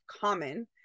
common